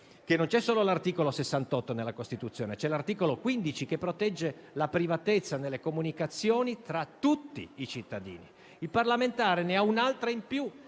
che non c'è solo l'articolo 68 della Costituzione, ma c'è anche l'articolo 15, che protegge la riservatezza nelle comunicazioni tra tutti i cittadini. Il parlamentare ne ha un'altra in più,